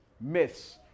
myths